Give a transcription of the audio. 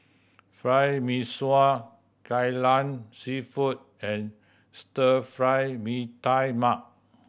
Fried Mee Sua Kai Lan Seafood and Stir Fried Mee Tai Mak